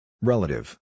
Relative